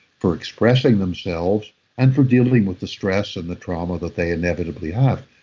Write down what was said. for expressing themselves and for dealing with the stress and the trauma that they inevitably have.